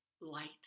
light